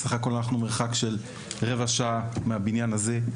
סך הכל אנחנו מרחב של רבע שעה מהבניין הזה.